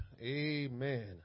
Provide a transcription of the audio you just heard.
Amen